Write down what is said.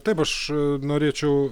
taip aš norėčiau